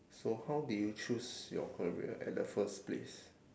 so how do you choose your career at the first place